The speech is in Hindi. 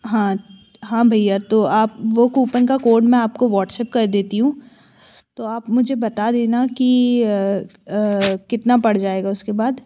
हाँ हाँ भैया तो आप वो कूपन का कोड मैं आपको वॉट्सअप कर देती हूँ तो आप मुझे बता देना कि कितना पड़ जाएगा उसके बाद